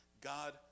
God